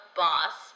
boss